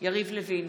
יריב לוין,